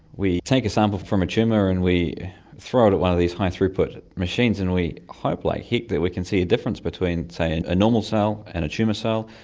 we take a sample of a tumour and we throw it at one of these high-throughput machines and we hope like heck that we can see a difference between, say, and a normal cell and a tumour cell,